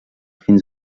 fins